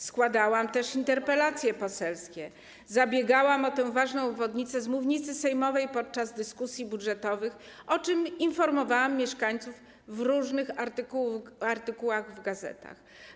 Składałam też interpelacje poselskie, zabiegałam o tę ważną obwodnicę z mównicy sejmowej podczas dyskusji budżetowych, o czym informowałam mieszkańców w różnych artykułach w gazetach.